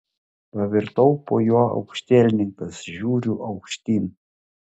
pavirtau po juo aukštielninkas žiūriu aukštyn